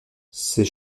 ces